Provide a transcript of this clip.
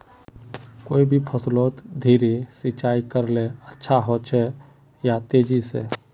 कोई भी फसलोत धीरे सिंचाई करले अच्छा होचे या तेजी से?